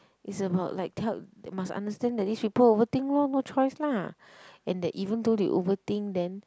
it's about like tell must understand that this people overthink lor no choice lah and that even though they overthink then